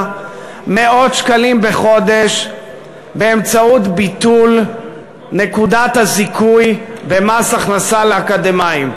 מאות שקלים בחודש באמצעות ביטול נקודת הזיכוי במס הכנסה לאקדמאים,